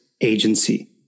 agency